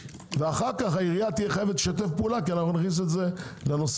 ואחר כך העירייה תהיה חייבת לשתף פעולה כי נכניס את זה לנושא